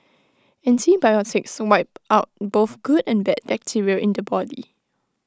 antibiotics wipe out both good and bad bacteria in the body